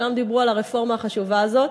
וכולם דיברו על הרפורמה החשובה הזאת,